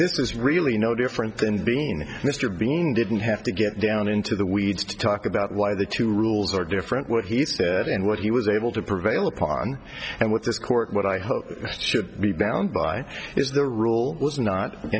this is really no different than being mr bean didn't have to get down into the weeds to talk about why the two rules are different what he said and what he was able to prevail upon and what this court what i hope should be bound by is the rule was not